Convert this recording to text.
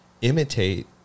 Imitate